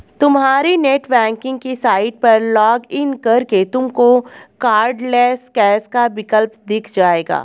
तुम्हारी नेटबैंकिंग की साइट पर लॉग इन करके तुमको कार्डलैस कैश का विकल्प दिख जाएगा